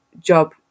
job